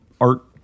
art